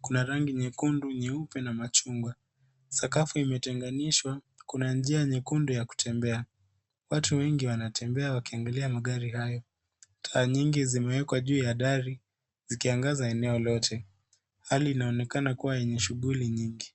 Kuna rangi nyekundu, nyeupe na machungwa. Sakafu imetenganishwa, kuna njia nyekundu ya kutembea. Watu wengi wanatembea wakiangalia magari hayo. Taa nyingi zimewekwa juu ya dari zikiangaza eneo lote. Hali inaonekana kuwa yenye shughuli nyingi.